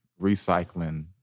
recycling